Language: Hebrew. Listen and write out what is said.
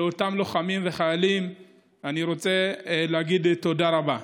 לאותם לוחמים וחיילים אני רוצה להגיד תודה רבה.